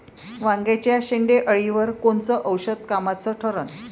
वांग्याच्या शेंडेअळीवर कोनचं औषध कामाचं ठरन?